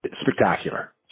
Spectacular